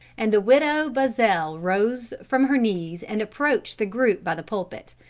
and the widow buzzell rose from her knees and approached the group by the pulpit.